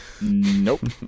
nope